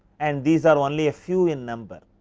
and these are only a few in number.